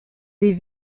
des